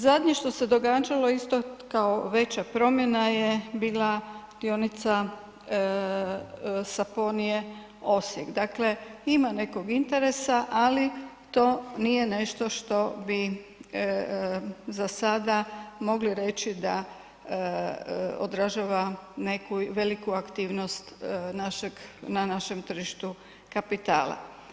Zadnje što se događalo isto kao veća promjena je bila dionica Saponia-e Osijek, dakle ima nekog interesa, ali to nije nešto što bi za sada mogli reći da odražava neku veliku aktivnost našeg, na našem tržištu kapitala.